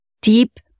deep